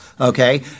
okay